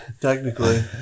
Technically